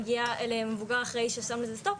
מגיע למבוגר אחראי ששם לזה סטופ,